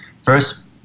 first